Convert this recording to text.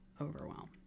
overwhelm